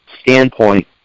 standpoint